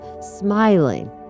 smiling